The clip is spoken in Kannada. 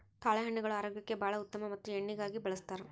ತಾಳೆಹಣ್ಣುಗಳು ಆರೋಗ್ಯಕ್ಕೆ ಬಾಳ ಉತ್ತಮ ಮತ್ತ ಎಣ್ಣಿಗಾಗಿ ಬಳ್ಸತಾರ